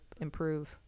improve